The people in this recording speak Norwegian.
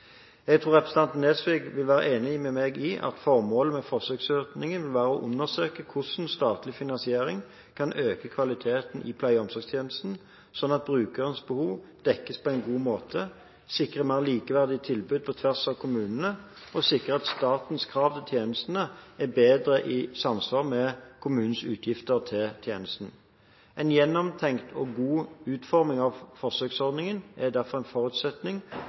Jeg tror representanten Nesvik vil være enig med meg i at formålet med forsøksordningen vil være å undersøke hvordan statlig finansiering kan øke kvaliteten i pleie- og omsorgstjenesten sånn at brukerens behov dekkes på en god måte, sikre mer likeverdige tilbud på tvers av kommunene, og sikre at statens krav til tjenestene er bedre i samsvar med kommunens utgifter til tjenesten. En gjennomtenkt og god utforming av forsøksordningen er derfor en forutsetning